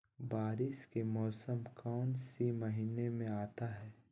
बारिस के मौसम कौन सी महीने में आता है?